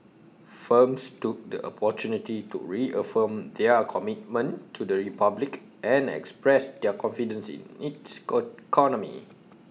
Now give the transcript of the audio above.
firms took the opportunity to reaffirm their commitment to the republic and express their confidence in its co